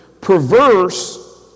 perverse